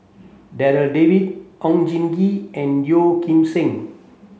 Darryl David Oon Jin Gee and Yeo Kim Seng